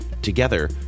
Together